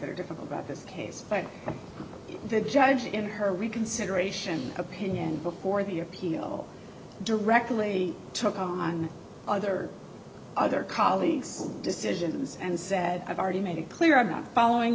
very difficult about this case but the judge in her reconsideration opinion before the appeal directly to other other colleagues decisions and said i've already made it clear i'm not following